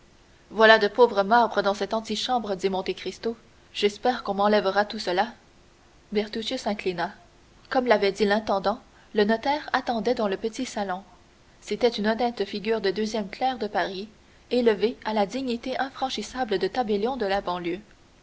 voilà de pauvres marbres dans cette antichambre dit monte cristo j'espère bien qu'on m'enlèvera tout cela bertuccio s'inclina comme l'avait dit l'intendant le notaire attendait dans le petit salon c'était une honnête figure de deuxième clerc de paris élevé à la dignité infranchissable de tabellion de la banlieue